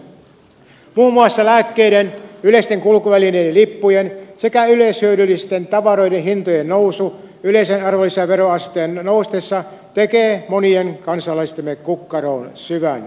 muun muassa lääkkeiden yleisten kulkuvälineiden lippujen sekä yleishyödyllisten tavaroiden hintojen nousu yleisen arvonlisäveroasteen noustessa tekee monien kansalaistemme kukkaroon syvän loven